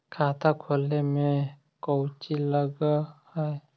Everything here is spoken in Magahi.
खाता खोले में कौचि लग है?